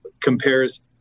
compares –